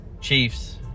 Chiefs